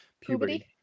puberty